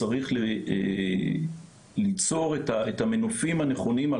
צריך ליצור את המנופים הנכונים,